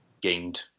gained